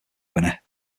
winner